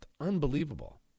unbelievable